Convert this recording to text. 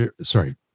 sorry